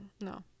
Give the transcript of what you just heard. no